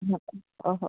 नक्की हो हो